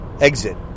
Exit